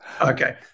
Okay